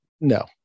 no